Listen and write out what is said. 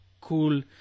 cool